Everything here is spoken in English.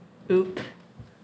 oop